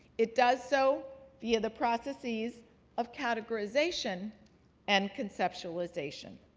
it does so via the processes of categorization and conceptualization.